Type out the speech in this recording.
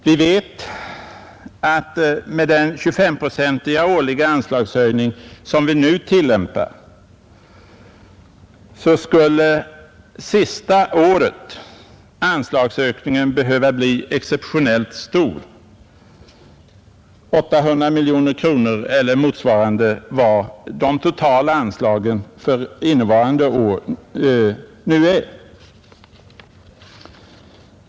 Vi vet att med den 25-procentiga årliga anslagshöjning som vi nu tillämpar skulle anslagsökningen sista året behöva bli exceptionellt stor — 800 miljoner eller motsvarande de totala anslagen för innevarande år.